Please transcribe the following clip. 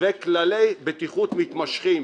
וכללי בטיחות מתמשכים.